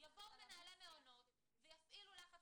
יבואו מנהלי המעונות ויפעילו לחץ.